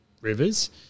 rivers